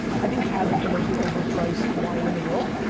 i think cab is the most overpriced wine in the world.